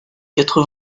quatre